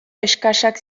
exkaxak